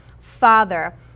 father